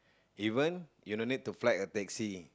even you don't need to flag a taxi